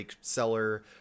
seller